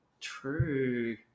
True